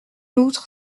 outre